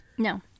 No